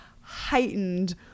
heightened